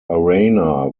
arana